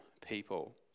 people